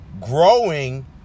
Growing